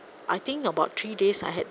I think about three days I had